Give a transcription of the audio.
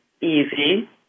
easy